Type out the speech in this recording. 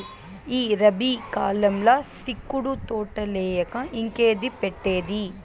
ఈ రబీ కాలంల సిక్కుడు తోటలేయక ఇంకేంది పెట్టేది